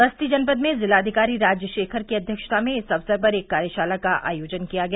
बस्ती जनपद में जिलाधिकारी राजशेखर की अध्यक्षता में इस अवसर पर एक कार्यशाला का आयोजन किया गया